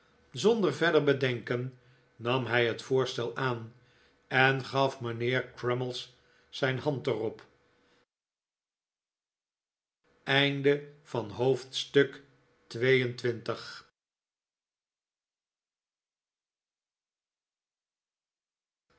zonder verder bedenken nam hij het voorstel aan en gaf mijnheer crummies zijn hand er op hoofdstuk